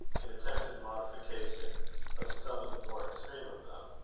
in attempted modification of some of the more extreme of them.